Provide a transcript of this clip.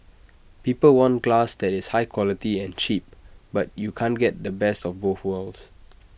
people want glass that is high quality and cheap but you can't get the best of both worlds